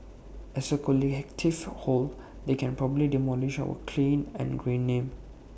as A collective whole they can probably demolish our clean and green name